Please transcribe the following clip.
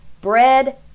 Bread